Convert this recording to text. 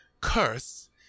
curse